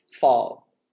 fall